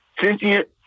sentient